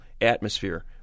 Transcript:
atmosphere